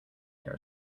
near